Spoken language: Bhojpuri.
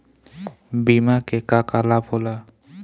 बिमा के का का लाभ होला?